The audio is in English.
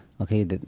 okay